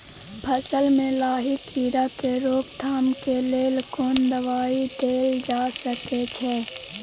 फसल में लाही कीरा के रोकथाम के लेल कोन दवाई देल जा सके छै?